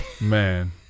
man